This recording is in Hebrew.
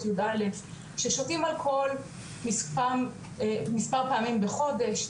יא' ששותים אלכוהול מספר פעמים בחודש,